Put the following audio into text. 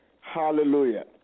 Hallelujah